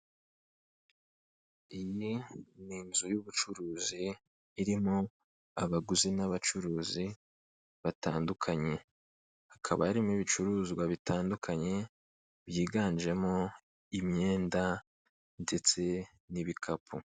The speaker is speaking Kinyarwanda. Iyi ni inzu y'ubucuruzi irimo abaguzi n'abacuruzi batandukanye, hakaba harimo ibicuruzwa bitandukanye, byiganjemo imyenda ndetse n'ibikapu.